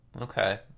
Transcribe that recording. Okay